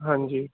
ਹਾਂਜੀ